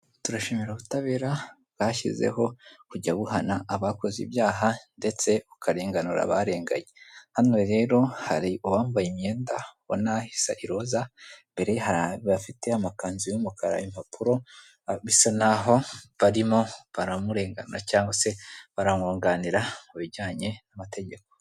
Turashimira ubutabera bwashyizeho kujya buhana abakoze ibyaha ndetse bukarenganura abarenganye. Hano rero hari uwambaye imyenda ubona isa iroza, imbere ye hari abafite amakanzu y'umukara, impapuro, bisa n'aho barimo baramurenganura cyangwa se baramwunganira mu bijyanye n'amategeko.